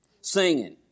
singing